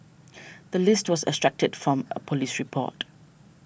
the list was extracted from a police report